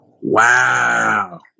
Wow